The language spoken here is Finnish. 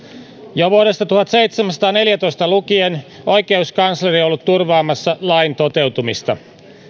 jo vuodesta tuhatseitsemänsataaneljätoista lukien oikeuskansleri on ollut turvaamassa lain toteutumista